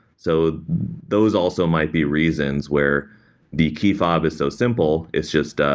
so those also might be reasons where the key fob is so simple. it's just